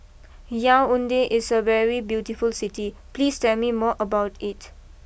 Yaounde is a very beautiful City please tell me more about it